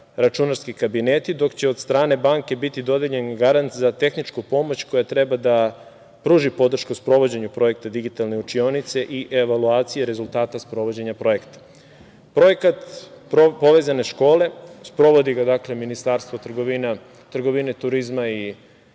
„Računarski kabineti“, dok će od strane banke biti dodeljen garant za tehničku pomoć koja treba da pruži podršku sprovođenju projekta „Digitalne učionice“ i evaluacije rezultata sprovođenja projekta. Projekat „Povezane škole“, sprovodi ga Ministarstvo trgovine, turizma i